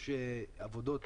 יש עבודות